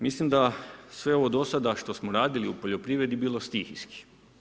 Mislim da sve ovo do sada što smo radili u poljoprivredi, bilo stihijski.